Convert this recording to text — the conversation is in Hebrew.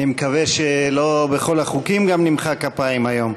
אני מקווה שלא בכל החוקים גם נמחא כפיים היום.